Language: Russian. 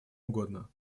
угодно